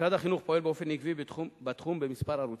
משרד החינוך פועל באופן עקבי בתחום בכמה ערוצים.